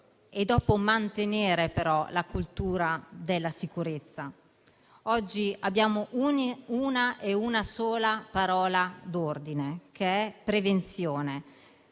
e poi mantenere la cultura della sicurezza. Oggi abbiamo una sola parola d'ordine: prevenzione.